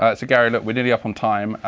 ah gary, look, we're nearly up on time.